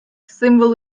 символ